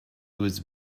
was